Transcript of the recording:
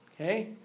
Okay